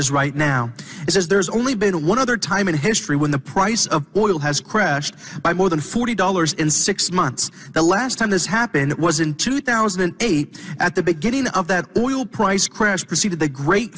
is right now is there's only been one other time in history when the price of oil has crashed by more than forty dollars in six months the last time this happened it was in two thousand and eight at the beginning of that oil price crash preceded the great